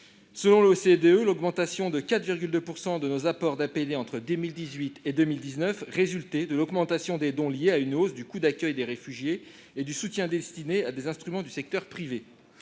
Selon l'OCDE, l'augmentation de 4,2 % de nos apports d'APD entre 2018 et 2019 résultait de l'augmentation des dons en lien avec une hausse du coût d'accueil des réfugiés et du soutien destiné à des instruments du secteur privé.